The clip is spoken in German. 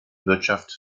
wirtschaft